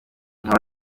nkaba